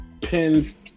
pins